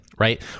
Right